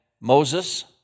Moses